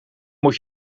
moet